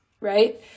right